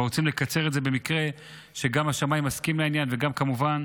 אבל רוצים לקצר את זה במקרה שהשמאי מסכים לעניין וגם כמובן